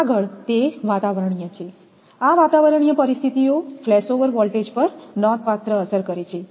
આગળ તે વાતાવરણીય છે આ વાતાવરણીય પરિસ્થિતિઓ ફ્લેશઓવર વોલ્ટેજ પર નોંધપાત્ર અસર કરે છે